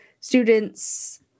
students